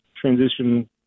transition